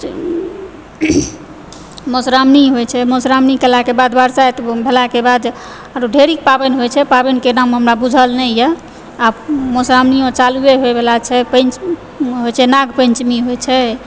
मधुश्रावणी होइ छै मधुश्रवणी होलाके बाद बरसाति होइ छै बरसाति भेलाके बाद पाबनि होइ छै पाबनिके नाम हमरा बुझल नहि यऽ आ मधुश्रावणी चालुओ होए वाला छै पञ्चमी होइ छै नागपञ्चमी